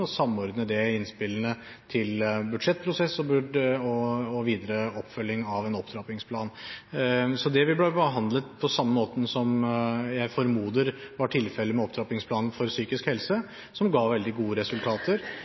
og samordne innspillene til budsjettprosess og videre oppfølging av en opptrappingsplan. Så det vil bli behandlet på samme måte som jeg formoder var tilfellet med opptrappingsplanen for psykisk helse, som ga veldig gode resultater,